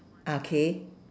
ah K